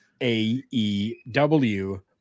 AEW